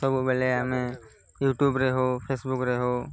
ସବୁବେଲେ ଆମେ ୟୁଟ୍ୟୁବରେ ହଉ ଫେସବୁକରେ ହଉ